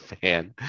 fan